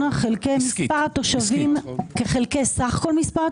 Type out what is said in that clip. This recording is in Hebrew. אפשר גם להסתכל עליהן כעל הכנסות המועסקים.